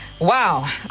Wow